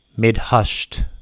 mid-hushed